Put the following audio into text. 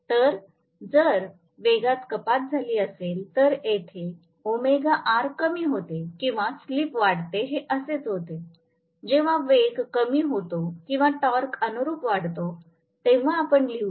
तर जर वेगात कपात झाली असेल तर येथे कमी होते किंवा स्लिप वाढते हे असेच होते जेव्हा वेग स्पीड कमी होतो आणि टॉर्क अनुरुप वाढतो तेव्हा आपण लिहूया